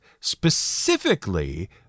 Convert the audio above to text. Specifically